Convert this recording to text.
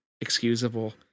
excusable